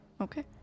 Okay